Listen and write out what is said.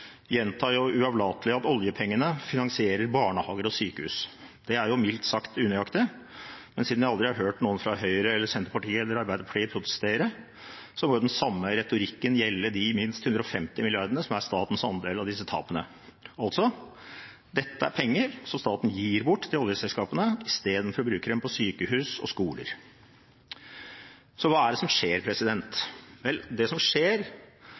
gjentar jo uavlatelig at oljepengene finansierer barnehager og sykehus. Det er mildt sagt unøyaktig, men siden jeg aldri har hørt noen fra Høyre, Senterpartiet eller Arbeiderpartiet protestere, bør den samme retorikken gjelde de minst 150 mrd. kr som er statens andel av disse tapene. Altså er dette penger som staten gir bort til oljeselskapene, i stedet for å bruke dem til sykehus og skoler. Hva er det som skjer? Det som skjer,